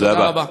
תודה רבה.